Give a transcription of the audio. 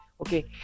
Okay